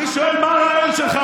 אני שואל מה הרעיון שלך,